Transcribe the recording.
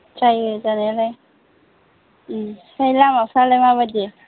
जायो जानायालाय ओमफ्राय लामाफ्रालाय माबायदि